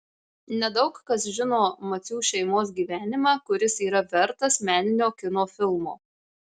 nedaug kas žino macių šeimos gyvenimą kuris yra vertas meninio kino filmo